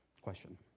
question